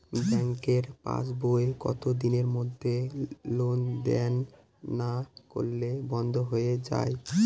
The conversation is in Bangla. ব্যাঙ্কের পাস বই কত দিনের মধ্যে লেন দেন না করলে বন্ধ হয়ে য়ায়?